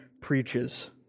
preaches